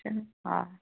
آ